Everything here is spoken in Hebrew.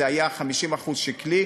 זה היה 50% שקלי.